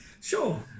sure